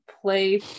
play